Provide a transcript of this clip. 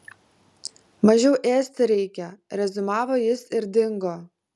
mažiau ėsti reikia reziumavo jis ir dingo